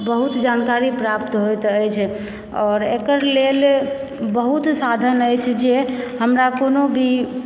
बहुत जानकारी प्राप्त होयत अछि आओर एकर लेल बहुत साधन अछि जे हमरा कोनो भी